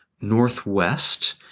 Northwest